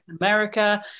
america